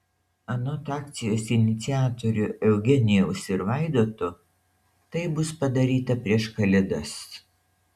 anot akcijos iniciatorių eugenijaus ir vaidoto tai bus padaryta prieš kalėdas